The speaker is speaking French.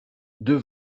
deux